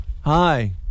Hi